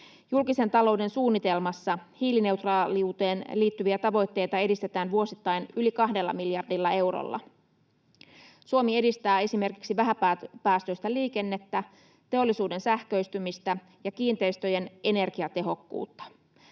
Julkisen talouden suunnitelmassa hiilineutraaliuteen liittyviä tavoitteita edistetään vuosittain yli 2 miljardilla eurolla. Suomi edistää esimerkiksi vähäpäästöistä liikennettä, teollisuuden sähköistymistä ja kiinteistöjen energiatehokkuutta.